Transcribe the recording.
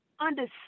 understand